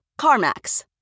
CarMax